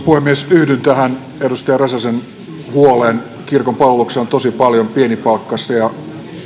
puhemies yhdyn tähän edustaja räsäsen huoleen kirkon palveluksessa on tosi paljon pienipalkkaisia